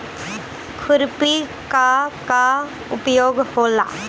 खुरपी का का उपयोग होला?